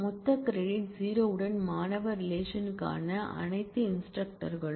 மொத்த கிரெடிட் 0 உடன் மாணவர் ரிலேஷன் க்கான அனைத்து இன்ஸ்டிரக்டர் களும்